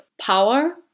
power